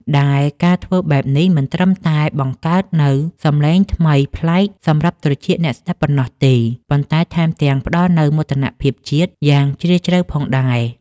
ដែលការធ្វើបែបនេះមិនត្រឹមតែបង្កើតនូវសំឡេងថ្មីប្លែកសម្រាប់ត្រចៀកអ្នកស្តាប់ប៉ុណ្ណោះទេ ប៉ុន្តែថែមទាំងផ្តល់នូវមោទនភាពជាតិយ៉ាងជ្រាលជ្រៅផងដែរ។